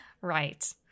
Right